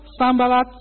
Sambalat